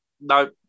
no